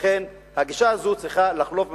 לכן, הגישה הזאת צריכה לחלוף מהעולם.